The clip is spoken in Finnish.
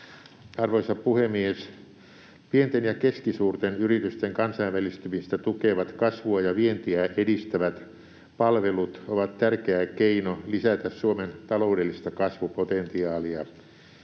Arvoisa puhemies! Pienten ja keskisuurten yritysten kansainvälistymistä tukevat, kasvua ja vientiä edistävät palvelut on tärkeä keino lisätä Suomen taloudellista kasvupotentiaalia.